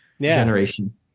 generation